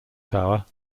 tower